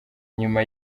nyuma